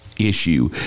issue